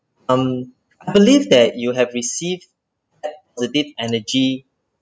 um I believe that you have received a little bit energy